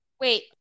Wait